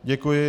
Děkuji.